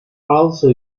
also